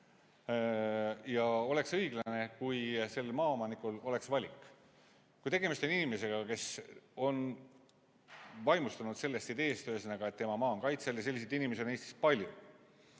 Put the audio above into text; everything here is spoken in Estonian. Oleks õiglane, kui sellel maaomanikul oleks valik. Kui tegemist on inimesega, kes on vaimustunud sellest ideest, et tema maa on kaitse all – selliseid inimesi on Eestis palju